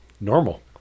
normal